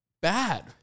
bad